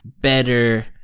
better